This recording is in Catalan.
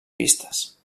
pistes